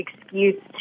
excuse